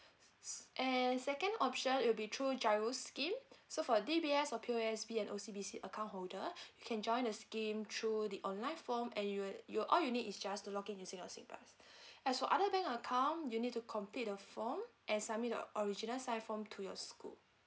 and second option it will be through G_I_R_O scheme so for the D_B_S or P_O_S_B and O_C_B_C account holder you can join the scheme through the online form and you'll uh all you need is just log in using your singpass as for other bank account you need to complete the form and submit the original size form to your school